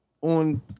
on